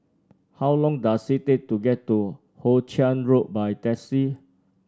how long does it take to get to Hoe Chiang Road by taxi